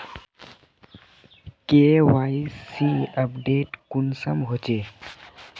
KYC update कुंसम होचे?